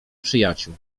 przyjaciół